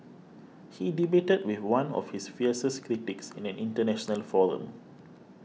he debated with one of his fiercest critics in an international forum